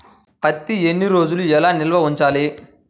పత్తి ఎన్ని రోజులు ఎలా నిల్వ ఉంచాలి?